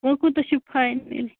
وۄنۍ کوٗتاہ چھِ پھاینلی